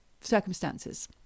circumstances